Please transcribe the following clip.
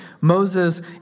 Moses